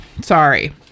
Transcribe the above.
sorry